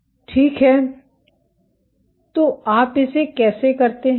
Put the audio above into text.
ठीक है तो आप इसे कैसे करते हैं